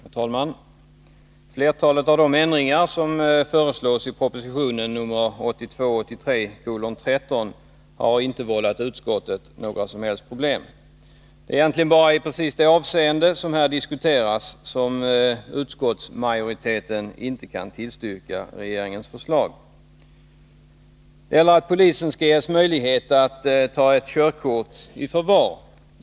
Herr talman! Flertalet av de ändringar som föreslås i proposition 1982/83:13 har inte vållat utskottet några som helst problem. Det är egentligen bara i precis det hänseende som här diskuteras som utskottsmajoriteten inte kan tillstyrka regeringens förslag. Det gäller att polisen skall ges möjlighet att ta ett körkort i förvar.